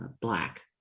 black